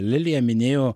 lilija minėjo